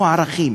הוא ערכים,